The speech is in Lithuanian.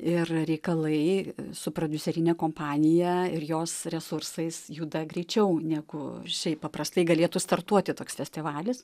ir reikalai su prodiuserine kompanija ir jos resursais juda greičiau negu šiaip paprastai galėtų startuoti toks festivalis